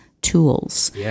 Tools